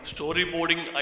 Storyboarding